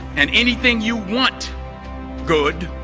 and anything you want good